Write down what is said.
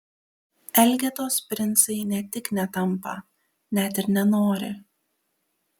elgetos princai ne tik netampa net ir nenori